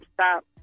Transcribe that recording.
Stop